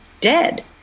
dead